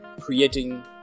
creating